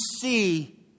see